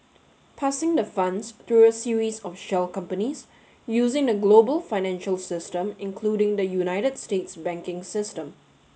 passing the funds through a series of Shell companies using the global financial system including the United States banking system